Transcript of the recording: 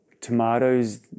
tomatoes